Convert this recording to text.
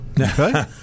okay